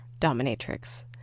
dominatrix